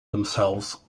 themselves